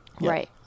right